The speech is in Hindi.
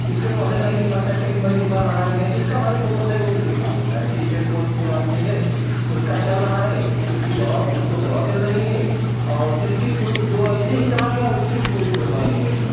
इसके पहले नहीं दिखा सकते मरीज़ मर रहा है कि नहीं जिसका भाई सोर्स है वह तो दिखा देता है ठीक है सोर्सफुल आदमी है उसका चल रहा है उसकी दवा उसको दवा मिल रही है और जिसकी कोई जो ऐसे ही चला गया उसकी तो कोई सुनवाई नहीं है सर